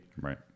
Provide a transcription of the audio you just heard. right